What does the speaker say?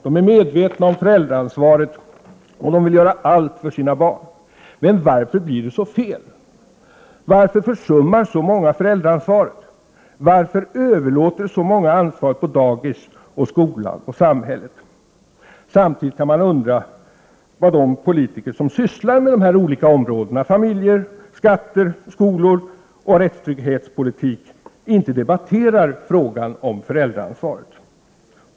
De är medvetna om föräldraansvaret. De vill göra allt för sina barn. Men varför blir det så fel? Varför försummar så många föräldraansvaret? Varför överlåter så många ansvaret på dagis, skolan och samhället? Samtidigt kan man undra varför de politiker som sysslar med dessa olika områden — familjepolitik, skatter, skolan och rättstrygghetspolitik — inte debatterar frågan om föräldraansvaret.